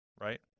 right